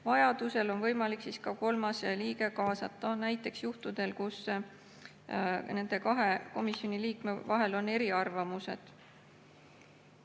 Vajadusel on võimalik ka kolmas liige kaasata, näiteks juhtudel, kus nende kahe komisjoni liikme vahel on eriarvamused.